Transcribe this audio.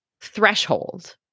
threshold